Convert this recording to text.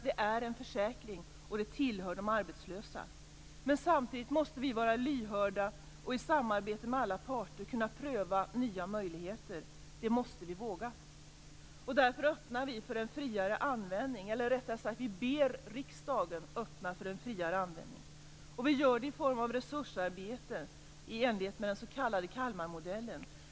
Det är en försäkring, och pengarna tillhör de arbetslösa. Samtidigt måste vi vara lyhörda och i samarbete med alla parter kunna pröva nya möjligheter. Det måste vi våga. Därför ber vi riksdagen att öppna för en friare användning. Vi gör det i form av resursarbeten i enlighet med den s.k. Kalmarmodellen.